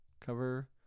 cover